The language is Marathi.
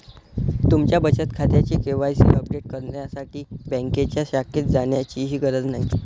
तुमच्या बचत खात्याचे के.वाय.सी अपडेट करण्यासाठी बँकेच्या शाखेत जाण्याचीही गरज नाही